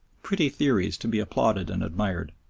pretty theories to be applauded and admired,